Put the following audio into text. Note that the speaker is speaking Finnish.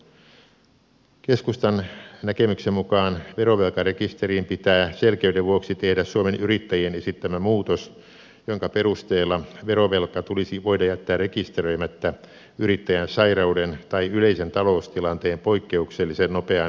keskustan näkemyksen mukaan verovelkarekisteriin pitää selkeyden vuoksi tehdä suomen yrittäjien esittämä muutos jonka perusteella verovelka tulisi voida jättää rekisteröimättä yrittäjän sairauden tai yleisen taloustilanteen poikkeuksellisen nopean heikkenemisen vuoksi